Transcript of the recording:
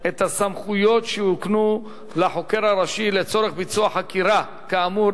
את הסמכויות שיוקנו לחוקר הראשי לצורך ביצוע חקירה כאמור.